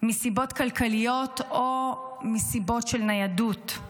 אוכל מסיבות כלכליות או מסיבות של ניידות,